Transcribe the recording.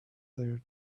their